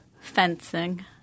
Fencing